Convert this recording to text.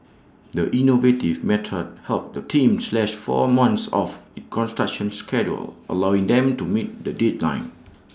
the innovative method helped the team slash four months off its construction schedule allowing them to meet the deadline